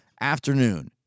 afternoon